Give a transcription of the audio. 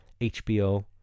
HBO